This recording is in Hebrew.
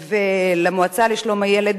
ולמועצה לשלום הילד,